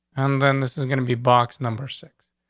and then this is gonna be box number six.